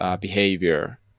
behavior